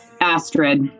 Astrid